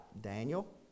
Daniel